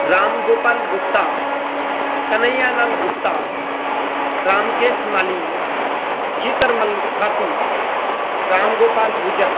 Ram Gopal Gupta Kanhaiyalal Gupta Ramkesh Mali Chitarmal Khati Ramgopal Gujar